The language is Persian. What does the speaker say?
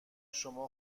شما